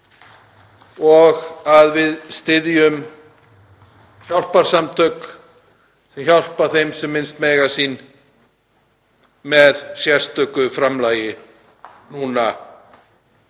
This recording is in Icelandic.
og að við styðjum hjálparsamtök, sem hjálpa þeim sem minnst mega sín, með sérstöku framlagi nú